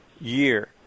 year